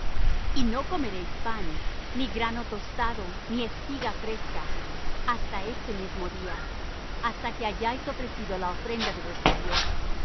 y no comeréis pan ni grano tostado ni espiga fresca hasta este mismo día hasta que hayáis ofrecido la ofrenda de vuestro dios